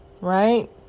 right